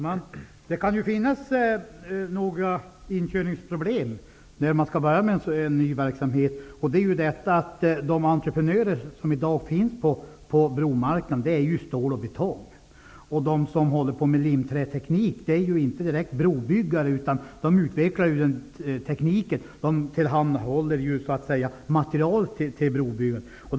Fru talman! Det kan uppstå inkörningsproblem när man skall börja med en ny verksamhet. De entreprenörer som i dag finns på bromarknaden arbetar med stål och betong. De företag som arbetar med limträteknik är inte direkt brobyggare, utan de utvecklar tekniken och tillhandahåller material till brobyggarna.